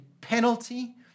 penalty